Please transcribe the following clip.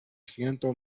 siento